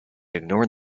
ignored